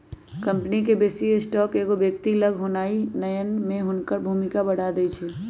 company के बेशी stock एगो व्यक्ति के लग होनाइ नयन में हुनकर भूमिका बढ़ा देइ छै